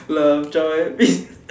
love joy peace